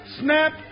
Snap